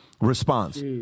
Response